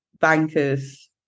bankers